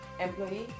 employee